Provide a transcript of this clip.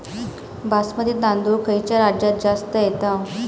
बासमती तांदूळ खयच्या राज्यात जास्त येता?